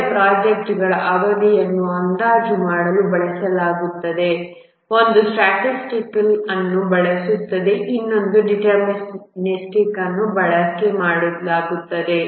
ಎರಡನ್ನು ಪ್ರೊಜೆಕ್ಟ್ಗಳ ಅವಧಿಯನ್ನು ಅಂದಾಜು ಮಾಡಲು ಬಳಸಲಾಗುತ್ತದೆ ಒಂದು ಸ್ಟ್ಯಾಟಿಸ್ಟಿಕಲ್ ಅನ್ನು ಬಳಸುತ್ತದೆ ಇನ್ನೊಂದು ಅನ್ನು ಬಳಕೆ ಮಾಡಲಾಗುತ್ತದೆ